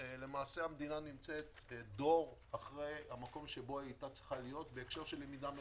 המדינה נמצאת דור אחרי המקום שבו היתה צריכה להיות מבחינת למידה מרחוק.